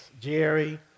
Jerry